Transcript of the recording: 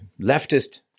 leftist